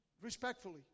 Respectfully